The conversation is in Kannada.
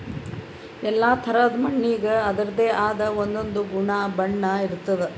ಎಲ್ಲಾ ಥರಾದ್ ಮಣ್ಣಿಗ್ ಅದರದೇ ಆದ್ ಒಂದೊಂದ್ ಗುಣ ಬಣ್ಣ ಇರ್ತದ್